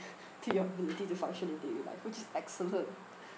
to your ability to function in daily life which is excellent